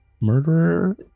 murderer